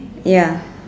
ya